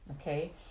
Okay